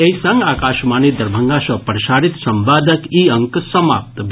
एहि संग आकाशवाणी दरभंगा सँ प्रसारित संवादक ई अंक समाप्त भेल